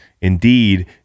Indeed